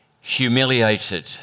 humiliated